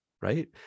right